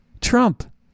Trump